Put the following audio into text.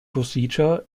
procedure